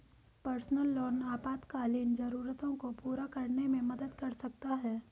personal loan आपातकालीन जरूरतों को पूरा करने में मदद कर सकता है